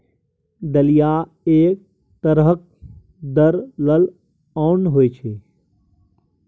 दलिया एक तरहक दरलल ओन होइ छै